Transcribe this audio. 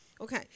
Okay